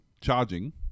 charging